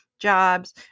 jobs